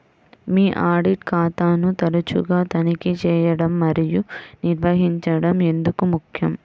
మీ audit ఖాతాను తరచుగా తనిఖీ చేయడం మరియు నిర్వహించడం ఎందుకు ముఖ్యం?